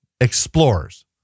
Explorers